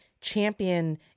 champion